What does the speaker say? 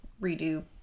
redo